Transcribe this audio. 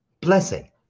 blessing